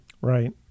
right